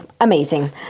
amazing